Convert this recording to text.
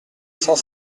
cent